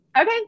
Okay